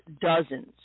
dozens